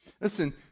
Listen